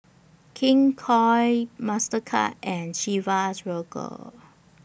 King Koil Mastercard and Chivas Regal